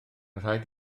rhaid